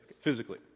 physically